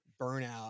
burnout